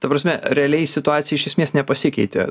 ta prasme realiai situacija iš esmės nepasikeitė